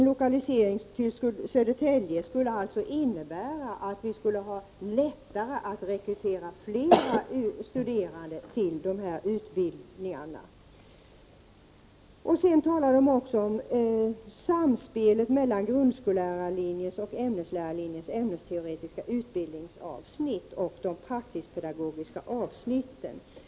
En lokalisering till Södertälje skulle alltså innebära att det blev lättare att rekrytera flera studerande till dessa utbildningar. I direktiven talas det också om ett samspel mellan grundskollärarlinjens resp. ämneslärarlinjens ämnesteoretiska utbildningsavsnitt och de praktiskpedagogiska avsnitten.